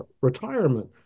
retirement